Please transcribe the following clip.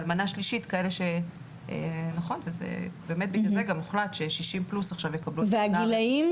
בגלל זה גם הוחלט ש-60 פלוס עכשיו יקבלו את המנה הרביעית.